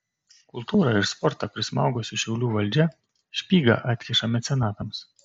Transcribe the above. kultūrą ir sportą prismaugusi šiaulių valdžia špygą atkiša mecenatams